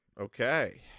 Okay